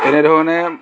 এনে ধৰণে